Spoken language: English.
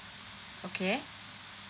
okay